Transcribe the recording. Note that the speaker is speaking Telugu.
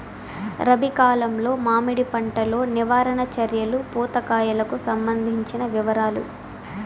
రబి కాలంలో మామిడి పంట లో నివారణ చర్యలు పూత కాయలకు సంబంధించిన వివరాలు?